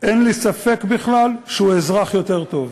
אין לי ספק בכלל שהוא אזרח יותר טוב.